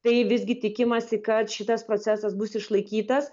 tai visgi tikimasi kad šitas procesas bus išlaikytas